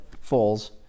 falls